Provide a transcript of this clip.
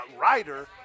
rider